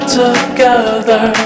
together